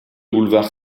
boulevard